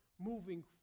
moving